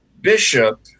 bishop